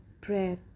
Prayer